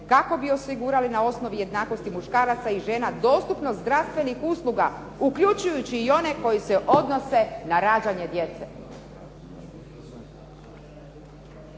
kako bi osigurali na osnovi jednakosti muškaraca i žena dostupnost zdravstvenih usluga, uključujući i one koji se odnose na rađanje djece.